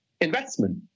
Investment